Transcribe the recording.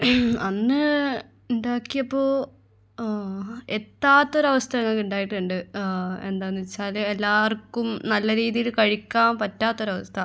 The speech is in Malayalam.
അന്ന് ഉണ്ടാക്കിയപ്പോൾ എത്താത്തൊരവസ്ഥ ഞങ്ങൾക്കുണ്ടായിട്ടുണ്ട് എന്താണെന്ന് വെച്ചാൽ എല്ലാവർക്കും നല്ല രീതിയിൽ കഴിക്കാൻ പറ്റാത്തൊരവസ്ഥ